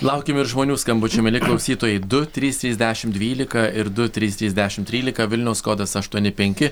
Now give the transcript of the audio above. laukiam ir žmonių skambučių mieli klausytojai du trys trys dešimt dvylika ir du trys trys dešimt trylika vilniaus kodas aštuoni penki